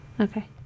Okay